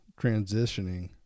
transitioning